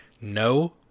no